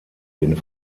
den